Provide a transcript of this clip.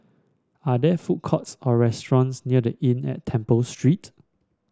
are there food courts or restaurants near The Inn at Temple Street